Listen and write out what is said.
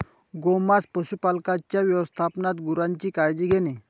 गोमांस पशुपालकांच्या व्यवस्थापनात गुरांची काळजी घेणे